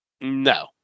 No